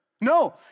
No